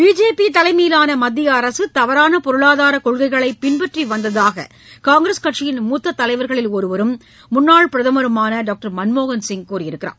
BJP தலைமையிலான மத்திய அரசு தவறான பொருளாதார கொள்கைகளை பின்பற்றி வந்ததாக காங்கிரஸ் கட்சியின் மூத்த தலைவர்களில் ஒருவரும் முன்னாள் பிரதமருமான டாக்டர் மன்மோகன் சிங் கூறியுள்ளார்